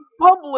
public